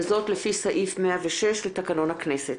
זאת לפי סעיף 106 לתקנון הכנסת.